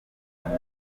muntu